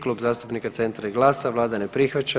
Klub zastupnika Centra i GLAS-a, Vlada ne prihvaća.